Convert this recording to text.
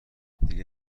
دیگه